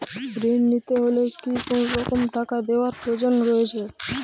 ঋণ নিতে হলে কি কোনরকম টাকা দেওয়ার প্রয়োজন রয়েছে?